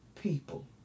people